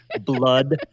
blood